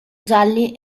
gialli